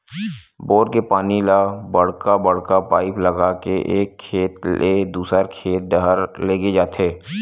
bore के पानी ल बड़का बड़का पाइप लगा के एक खेत ले दूसर खेत डहर लेगे जाथे